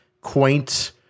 quaint